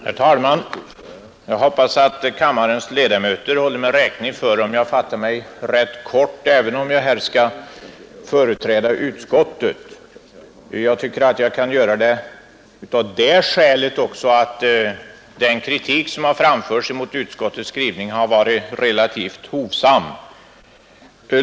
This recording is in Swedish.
Herr talman! Jag hoppas att kammarens ledamöter håller mig räkning för att jag fattar mig rätt kort, även om jag här skall företräda utskottet. Jag tycker att jag kan göra det också av det skälet att den kritik som har framförts mot utskottets skrivning har varit relativt hovsam.